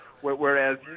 whereas